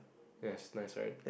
yes nice right